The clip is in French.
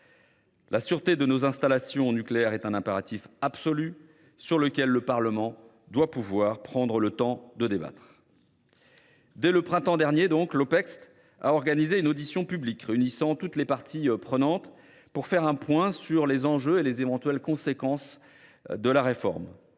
La sûreté de nos installations nucléaires est un impératif absolu, sur lequel le Parlement doit pouvoir prendre le temps de débattre. Dès le printemps dernier, l’Opecst a organisé une audition publique réunissant toutes les parties prenantes pour faire un point sur les enjeux et les éventuelles conséquences de la réforme.